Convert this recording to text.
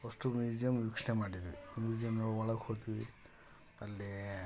first museum ವೀಕ್ಷಣೆ ಮಾಡಿದ್ವಿ ಮ್ಯೂಸಿಯಮ್ಮಿನ ಒಳಗೆ ಹೊದ್ವಿ ಅಲ್ಲಿ